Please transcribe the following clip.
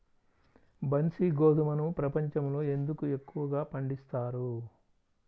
బన్సీ గోధుమను ప్రపంచంలో ఎందుకు ఎక్కువగా పండిస్తారు?